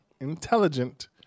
intelligent